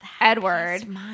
Edward